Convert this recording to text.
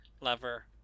lever